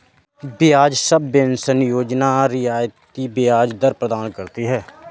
ब्याज सबवेंशन योजना रियायती ब्याज दर प्रदान करती है